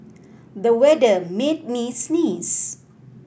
the weather made me sneeze